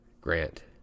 Grant